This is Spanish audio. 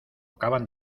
acaba